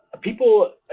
people